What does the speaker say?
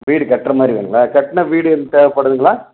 வீடு கட்டுற மாதிரி வேணுங்களா கட்டின வீடு ஏதும் தேவைப்படுதுங்களா